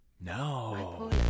No